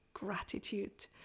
gratitude